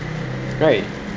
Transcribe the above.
right